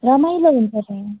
रमाइलो हुन्छ त